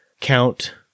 count